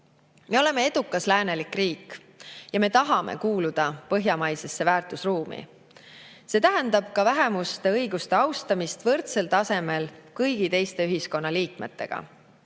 Me oleme edukas läänelik riik ja me tahame kuuluda põhjamaisesse väärtusruumi. See tähendab ka vähemuste õiguste austamist võrdsel tasemel kõigi teiste ühiskonnaliikmete